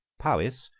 powis,